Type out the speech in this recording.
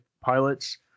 pilots